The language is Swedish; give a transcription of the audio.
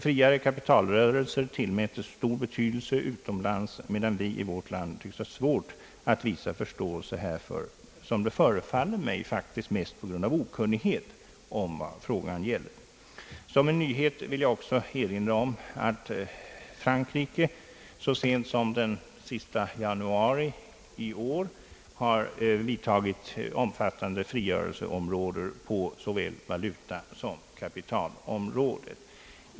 Friare kapitalrörelser tillmätes stor betydelse utomlands, medan vi i vårt land tycks ha svårt att vinna förståelse för detta, såsom det förefaller mig mest på grund av okunnighet om vad frågan gäller. Såsom en nyhet vill jag också erinra om att Frankrike så sent som den sista januari i år har vidtagit omfattande frigörelseåtgärder på såväl valutasom kapitalområdena.